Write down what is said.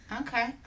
Okay